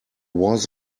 was